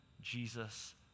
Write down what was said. Jesus